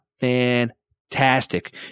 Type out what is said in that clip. fantastic